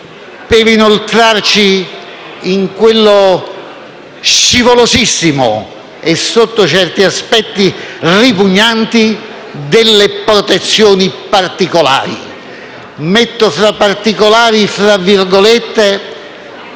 per inoltrarci in quello scivolosissimo e, sotto certi aspetti, ripugnante delle protezioni "particolari". Metto la parola particolari tra virgolette,